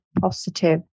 positive